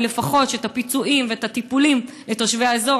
לפחות שהפיצויים והטיפולים לתושבי האזור,